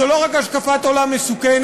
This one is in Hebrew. זו לא רק השקפת עולם מסוכנת,